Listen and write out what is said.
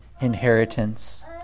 inheritance